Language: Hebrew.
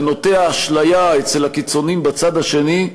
זה נוטע אשליה אצל הקיצונים בצד השני,